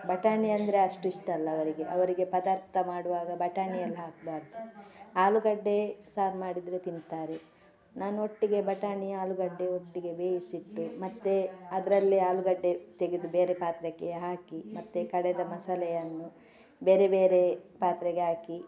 ಬಟಾಣಿ ಅಂದರೆ ಅಷ್ಟು ಇಷ್ಟ ಅಲ್ಲ ಅವರಿಗೆ ಅವರಿಗೆ ಪದಾರ್ಥ ಮಾಡುವಾಗ ಬಟಾಣಿ ಎಲ್ಲ ಹಾಕಬಾರ್ದು ಆಲೂಗಡ್ಡೆ ಸಾರು ಮಾಡಿದರೆ ತಿಂತಾರೆ ನಾನು ಒಟ್ಟಿಗೆ ಬಟಾಣಿ ಆಲೂಗಡ್ಡೆ ಒಟ್ಟಿಗೆ ಬೇಯಿಸಿಟ್ಟು ಮತ್ತೆ ಅದರಲ್ಲೇ ಆಲೂಗಡ್ಡೆ ತೆಗೆದು ಬೇರೆ ಪಾತ್ರಕ್ಕೆ ಹಾಕಿ ಮತ್ತೆ ಕಡೆದ ಮಸಾಲೆಯನ್ನು ಬೇರೆ ಬೇರೆ ಪಾತ್ರೆಗೆ ಹಾಕಿ